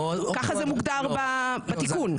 ככה זה מוגדר בתיקון.